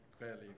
fairly